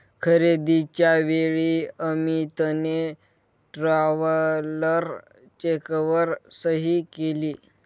खरेदीच्या वेळी अमितने ट्रॅव्हलर चेकवर सही केली